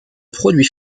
produit